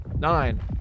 Nine